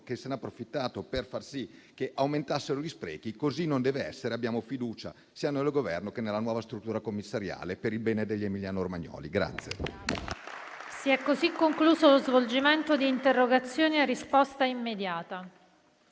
che se ne è approfittato per far sì che aumentassero gli sprechi. Così non deve essere; abbiamo fiducia sia nel Governo che nella nuova struttura commissariale, per il bene degli emiliano-romagnoli.